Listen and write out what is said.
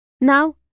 Now